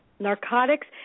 Narcotics